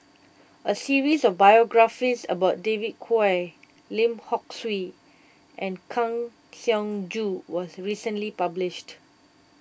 a series of biographies about David Kwo Lim Hock Siew and Kang Siong Joo was recently published